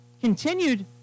continued